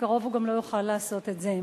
בקרוב הוא גם לא יוכל לעשות את זה.